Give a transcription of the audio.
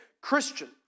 Christian